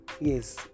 yes